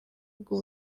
bw’u